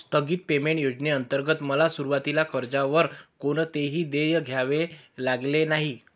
स्थगित पेमेंट योजनेंतर्गत मला सुरुवातीला कर्जावर कोणतेही देय द्यावे लागले नाही